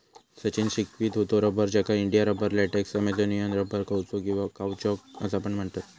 सचिन शिकवीत होतो रबर, ज्याका India rubber, latex, Amazonian rubber, कौचो किंवा काउचॉक असा पण म्हणतत